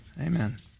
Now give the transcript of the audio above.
amen